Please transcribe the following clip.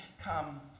come